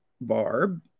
Barb